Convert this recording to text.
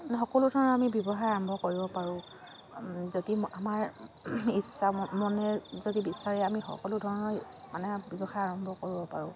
সকলো ধৰণৰ আমি ব্যৱসায় আৰম্ভ কৰিব পাৰোঁ যদি আমাৰ ইচ্ছা মনে যদি বিচাৰে আমি সকলো ধৰণৰ মানে ব্যৱসায় আৰম্ভ কৰিব পাৰোঁ